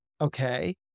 okay